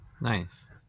Nice